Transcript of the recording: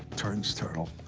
turns turtle.